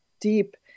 deep